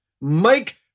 Mike